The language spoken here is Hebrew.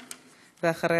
ואחריה,